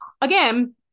Again